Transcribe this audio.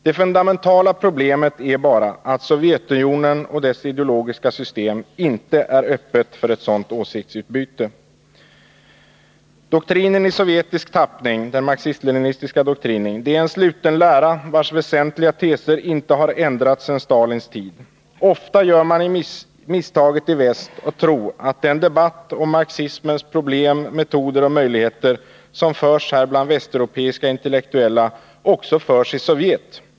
Det fundamentala problemet är bara att Sovjetunionen och dess ideologiska system inte är öppna för ett sådant åsiktsutbyte. Den marxist-leninistiska doktrinen i sovjetisk tappning är en sluten lära, vars väsentliga teser inte ändrats sedan Stalins tid. Ofta gör man i väst misstaget att tro att den debatt om marxismens problem, metoder och möjligheter som förs bland västeuropeiska intellektuella också förs i Sovjet.